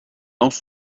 off